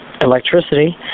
electricity